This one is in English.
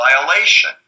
violation